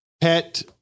pet